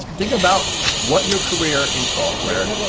think about what your career in software,